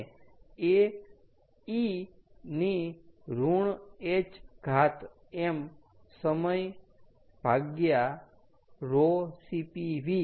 અને એ e ની ઋણ h ધાત જેમ સમય ભાગ્યા ρ Cp V